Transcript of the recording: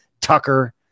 Tucker